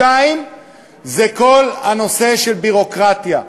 2. כל הנושא של ביורוקרטיה: